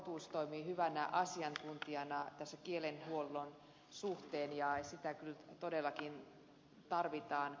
kotus toimii hyvänä asiantuntijana kielenhuollon suhteen ja sitä kyllä todellakin tarvitaan